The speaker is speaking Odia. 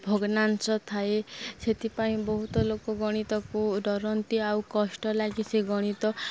ଭଗ୍ନାଂଶ ଥାଏ ସେଥିପାଇଁ ବହୁତ ଲୋକ ଗଣିତକୁ ଡରନ୍ତି ଆଉ କଷ୍ଟ ଲାଗି ସେ ଗଣିତ